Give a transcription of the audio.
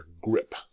grip